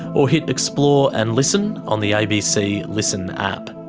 or hit explore and listen on the abc listen app.